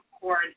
cord